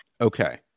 Okay